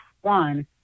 one